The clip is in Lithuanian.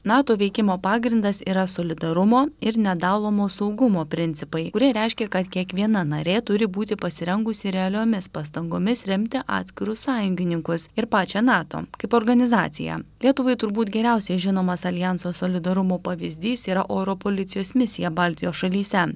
nato veikimo pagrindas yra solidarumo ir nedalomo saugumo principai kurie reiškia kad kiekviena narė turi būti pasirengusi realiomis pastangomis remti atskirus sąjungininkus ir pačią nato kaip organizacija lietuvai turbūt geriausiai žinomas aljanso solidarumo pavyzdys yra oro policijos misija baltijos šalyse